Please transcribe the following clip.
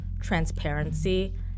transparency